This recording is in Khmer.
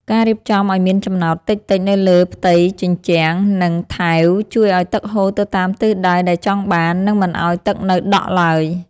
ការរៀបចំឱ្យមានចំណោទតិចៗនៅលើផ្ទៃជញ្ជាំង និង ថែវជួយឱ្យទឹកហូរទៅតាមទិសដៅដែលចង់បាន និង មិនឱ្យទឹកនៅដក់ឡើយ។